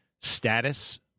status